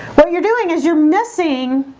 what you're doing is you're missing